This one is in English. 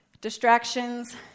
distractions